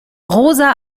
rosa